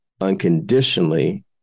unconditionally